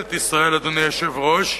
ממשלת ישראל, אדוני היושב-ראש,